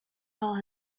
hole